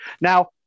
now